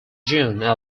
juneau